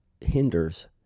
hinders